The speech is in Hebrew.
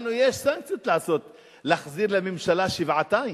ולנו יש סנקציות להחזיר לממשלה שבעתיים.